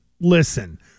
listen